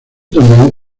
torneo